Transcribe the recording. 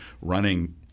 running